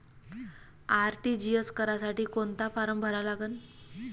RTGS करासाठी कोंता form भरा लागन?